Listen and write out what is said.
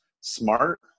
smart